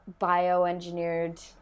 bioengineered